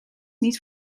niet